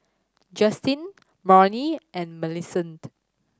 Justen Marnie and Millicent